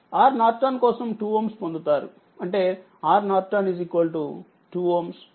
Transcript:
RN కోసం 2 Ω పొందుతారుఅంటే RN 2Ω అవుతుంది